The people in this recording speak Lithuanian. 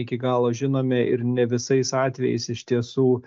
iki galo žinome ir ne visais atvejais iš tiesų